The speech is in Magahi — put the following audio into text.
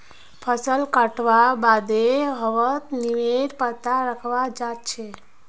फसल कटवार बादे वहात् नीमेर पत्ता रखाल् जा छे